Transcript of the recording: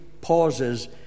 pauses